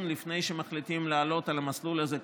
לפני שמחליטים לעלות על המסלול הזה,